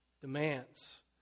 demands